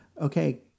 okay